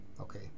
Okay